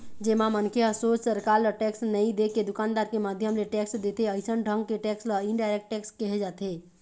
जेमा मनखे ह सोझ सरकार ल टेक्स नई देके दुकानदार के माध्यम ले टेक्स देथे अइसन ढंग के टेक्स ल इनडायरेक्ट टेक्स केहे जाथे